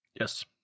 Yes